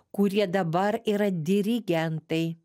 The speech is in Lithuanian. kurie dabar yra dirigentai